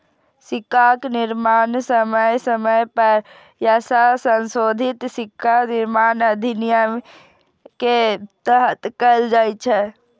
सिक्काक निर्माण समय समय पर यथासंशोधित सिक्का निर्माण अधिनियम के तहत कैल जाइ छै